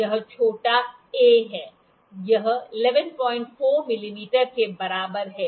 यह छोटा a है यह 1144 मिमी के बराबर है